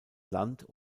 land